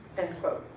end quote.